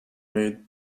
made